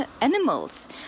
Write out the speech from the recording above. animals